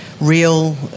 real